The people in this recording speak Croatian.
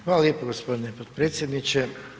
Hvala lijepo gospodine potpredsjedniče.